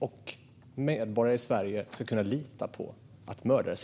Och medborgare i Sverige ska kunna lita på att mördare sitter inlåsta.